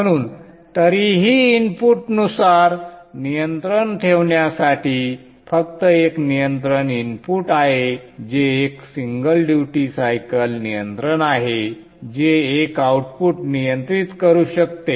म्हणून तरीही इनपुटनुसार नियंत्रण ठेवण्यासाठी फक्त एक नियंत्रण इनपुट आहे जे एक सिंगल ड्यूटी सायकल नियंत्रण आहे जे एक आउटपुट नियंत्रित करू शकते